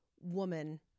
woman